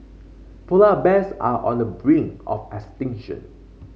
polar bears are on the brink of extinction